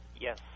Yes